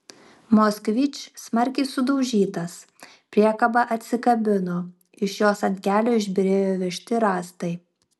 moskvič smarkiai sudaužytas priekaba atsikabino iš jos ant kelio išbyrėjo vežti rąstai